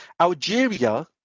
Algeria